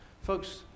Folks